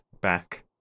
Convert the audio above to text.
back